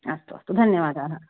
अस्तु अस्तु धन्यवादाः